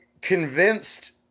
convinced